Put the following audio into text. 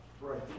Right